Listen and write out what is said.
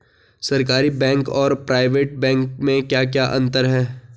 सरकारी बैंक और private bank में क्या क्या अंतर हैं?